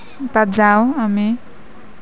তাত যাওঁ আমি